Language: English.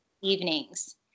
evenings